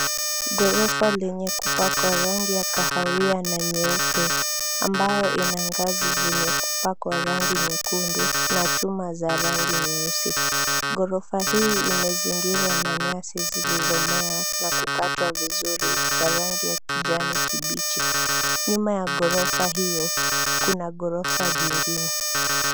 Ghorofa lenye kupakwa rangi ya kahawia na nyeupe ambayo ina ngazi zenye kupakwa rangi nyekundu na chuma za rangi nyeusi. Ghorofa hii imezingirwa na nyasi zilizomea na kukatwa vizuri za rangi ya kijani kibichi nyuma ya ghorofa hiyo kuna ghorofa jingine.